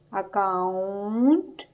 account